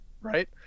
Right